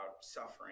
suffering